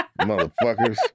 Motherfuckers